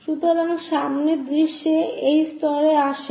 সুতরাং সামনের দৃশ্য এই স্তরে আসে